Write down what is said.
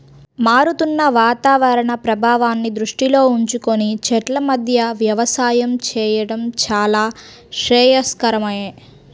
మారుతున్న వాతావరణ ప్రభావాన్ని దృష్టిలో ఉంచుకొని చెట్ల మధ్య వ్యవసాయం చేయడం చాలా శ్రేయస్కరమే